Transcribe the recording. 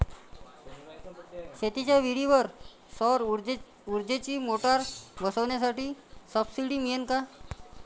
शेतीच्या विहीरीवर सौर ऊर्जेची मोटार बसवासाठी सबसीडी मिळन का?